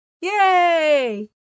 Yay